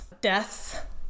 death